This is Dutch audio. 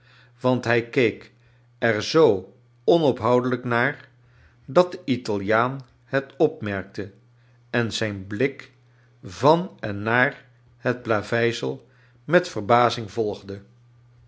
want hij keek er zoo onophoudelijk naar dat de italiaan het opmerkte en zijn blik van en naar het plaveisel met verbazing volgde